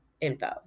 info